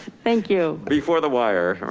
thank you. before the wire,